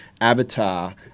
avatar